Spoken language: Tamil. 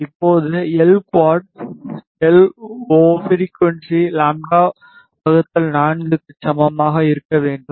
இப்போது L quad L O frequency λ 4 க்கு சமமாக இருக்க வேண்டும்